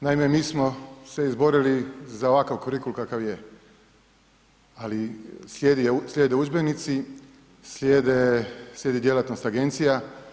Naime, mi smo se izborili za ovakav kurikul kakav je ali slijede udžbenici, slijedi djelatnost agencija.